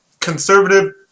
conservative